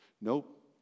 Nope